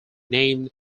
named